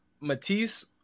Matisse